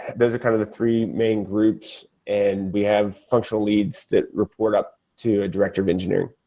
those are kind of the three main groups and we have functional leads that report up to a director of engineering.